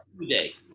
today